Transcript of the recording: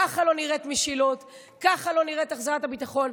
ככה לא נראית משילות, ככה לא נראית החזרת הביטחון.